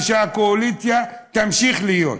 והקואליציה תמשיך להיות.